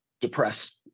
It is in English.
depressed